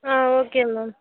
ம் okay ma'am